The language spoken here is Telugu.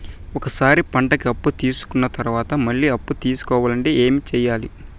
ఒక సారి పంటకి అప్పు తీసుకున్న తర్వాత మళ్ళీ అప్పు తీసుకోవాలంటే ఏమి చేయాలి?